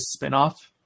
spinoff